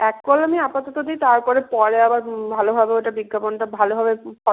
এক কলামে আমি আপাতত দিই তারপরে পরে আবার ভালোভাবে ওইটা বিজ্ঞাপনটা ভালোভাবে